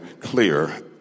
clear